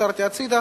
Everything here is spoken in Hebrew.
עצרתי בצד,